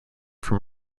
from